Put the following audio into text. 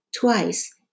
twice